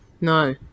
No